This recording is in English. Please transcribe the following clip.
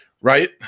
right